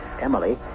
Emily